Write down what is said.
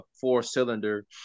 four-cylinder